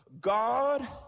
God